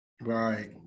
Right